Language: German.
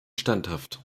standhaft